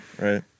Right